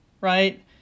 Right